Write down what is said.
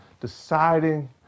deciding